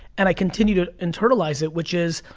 and i continue to internalize it, which is,